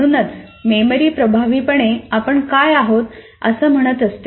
म्हणूनच मेमरी प्रभावीपणे 'आपण काय आहोत' असं म्हणत असते